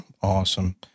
Awesome